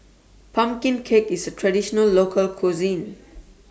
Pumpkin Cake IS A Traditional Local Cuisine